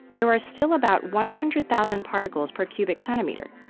there are still about one hundred thousand particles per cubic centimeter.